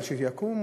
אבל שיקום,